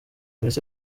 polisi